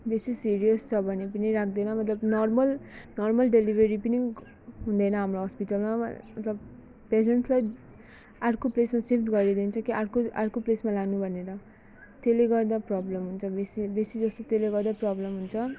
बेसी सिरियस छ भने पनि राख्दैन मतलब नर्मल नर्मल डेलिभरी पनि हुँदैन हाम्रो हस्पिटलमा मतलब पेसेन्टलाई अर्को प्लेसमा सिफ्ट गरिदिन्छ कि अर्को अर्को प्लेसमा लानु भनेर त्यसले गर्दा प्रब्लम हुन्छ बेसी बेसी जस्तो त्यसले गर्दा प्रब्लम हुन्छ